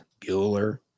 Bueller